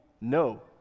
No